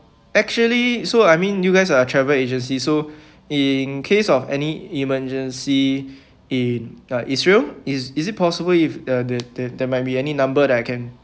actually so I mean you guys are travel agency so in case of any emergency in uh israel is is it possible if uh the the there might be any number that I can